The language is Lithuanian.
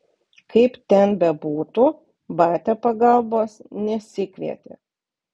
kaip ten bebūtų batia pagalbos nesikvietė